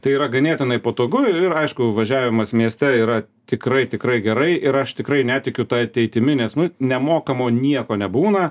tai yra ganėtinai patogu ir aišku važiavimas mieste yra tikrai tikrai gerai ir aš tikrai netikiu ta ateitimi nes nu nemokamo nieko nebūna